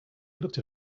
looked